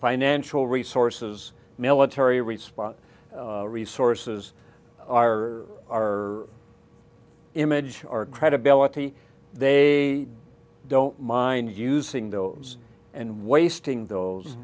financial resources military response resources r r image or credibility they don't mind using those and wasting those